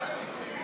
אדוני שר החינוך,